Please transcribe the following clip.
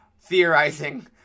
theorizing